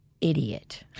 idiot